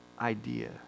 idea